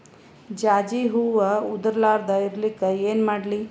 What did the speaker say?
ಜಾಜಿ ಹೂವ ಉದರ್ ಲಾರದ ಇರಲಿಕ್ಕಿ ಏನ ಮಾಡ್ಲಿ?